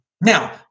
Now